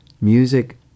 music